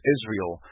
Israel